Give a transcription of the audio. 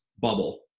bubble